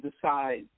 decide